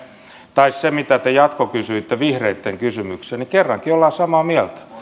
tai se mitä te jatkokysyitte vihreitten kysymykseen on sellainen että olemme samaa mieltä